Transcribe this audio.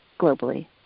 globally